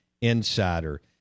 Insider